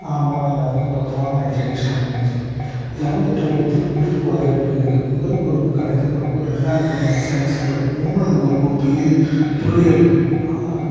நார்மலாக எல்லாத்துக்கும் பொதுவான எஜிகேஸன் இருந்துச்சு லெவன்த்து டுவெல்த்து குரூப் வாரியாக பிரியுது முதல் குரூப்பு கணித குரூப்பு ரெண்டாவது குரூப்பு சயின்ஸ் குரூப்பு மூணாவது குரூப்பு புள்ளி புள்ளியல் குரூப்பு நாலாவது குரூப்பு